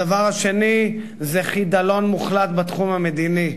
הדבר השני זה חידלון מוחלט בתחום המדיני.